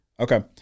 Okay